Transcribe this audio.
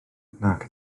nac